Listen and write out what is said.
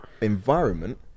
environment